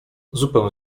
zupę